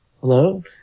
Hello